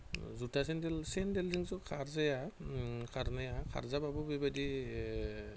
बा जुटा सेन्देलजोंथ' खारजाया खारनाया खारजाबाबो बेबायदि जे